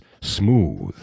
smooth